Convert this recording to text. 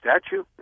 statue